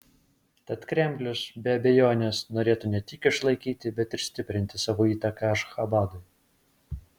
tad kremlius be abejonės norėtų ne tik išlaikyti bet ir stiprinti savo įtaką ašchabadui